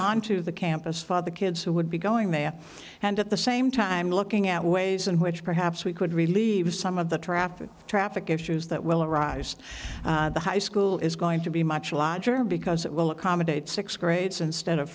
access to the campus father kids who would be going there and at the same time looking at ways in which perhaps we could relieve some of the traffic traffic issues that will arise the high school is going to be much larger because it will accommodate six crates instead of